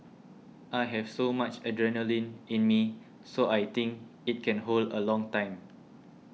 I have so much adrenaline in me so I think it can hold a long time